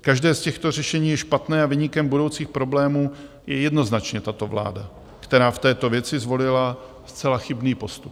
Každé z těchto řešení je špatné a viníkem budoucích problémů je jednoznačně tato vláda, která v této věci zvolila zcela chybný postup.